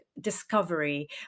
discovery